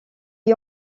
est